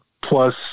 plus